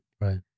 Right